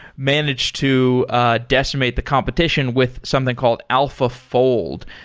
managed to ah decimate the competition with something called alpha fold.